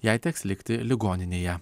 jai teks likti ligoninėje